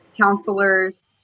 counselors